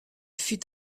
fut